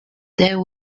there